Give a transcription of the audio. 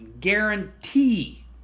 guarantee